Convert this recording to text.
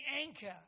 anchor